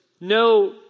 no